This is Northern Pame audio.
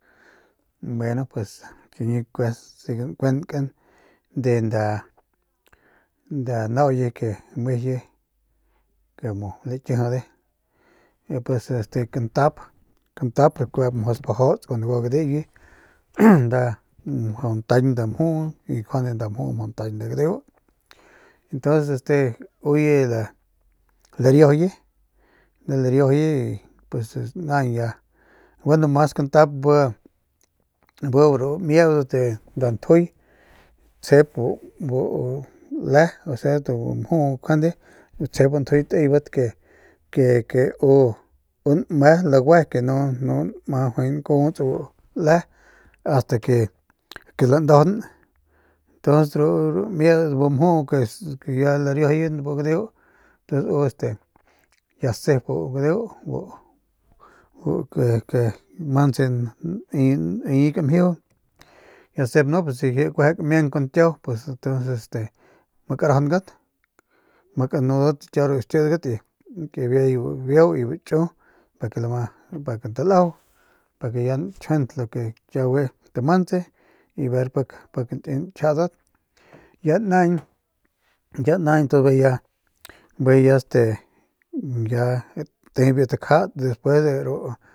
Bueno pues chiñi kue siga nkunkan de nda nauye ke mejuye como lakijide pues este kantap gua kuejep mjau spajauts kuandu gua gaddeuye nta mjau ntañ nda mjuu njuande mjau mjau ntañ nda gadeu y entonces este uye lariajauye naañ ya gueno mas kantap bu b ru mieudat de nda ntjuy tsjep le osea bu mjuu njuande tsjep bu ntjuy tsjeban ke nu juay nkuuts bu le ast ke landajaun ntuns ru mieudat de bu mjuu ke ya lariajauye bu gadeu ke ke mantse neyi neyi kamjiju y dasep nu si kuiji ji kamiang kun kiau pues este entonces este ma karajaungat ma kanudgat ru xikidgat y kabiay bu bieu y bu chu ke lama pa ke talajau pa ke ya gakjiuent lu ke kiaugue tamantse y ver pik nki njiaadat ya naañ ya naañ bijiy ya bjy este te biu takjat puede.